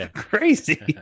crazy